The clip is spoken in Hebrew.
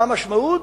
מה המשמעות?